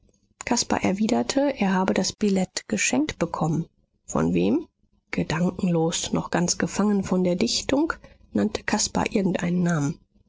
caspar erwiderte er habe das billett geschenkt bekommen von wem gedankenlos noch ganz gefangen von der dichtung nannte caspar irgendeinen namen